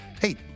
hey